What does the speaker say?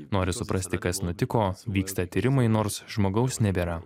nori suprasti kas nutiko vyksta tyrimai nors žmogaus nebėra